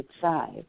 side